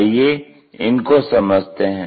आइए इनको समझते हैं